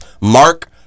Mark